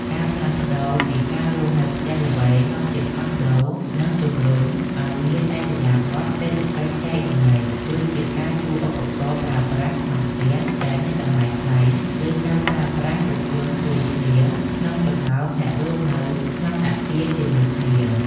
ការផ្លាស់ប្តូរពីការរស់នៅផ្ទះល្វែងមកជាខុនដូ នឹងជម្រុញឱ្យមានឥរិយាបថ "សេដ្ឋកិច្ចចែករំលែក" ដូចជាការជួលឧបករណ៍ប្រើប្រាស់ក្នុងផ្ទះដែលមានតម្លៃថ្លៃ ឬការប្រើប្រាស់រថយន្តរួមគ្នា ក្នុងចំណោមអ្នករស់នៅក្នុងអាគារជាមួយគ្នា។